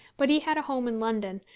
but he had a home in london,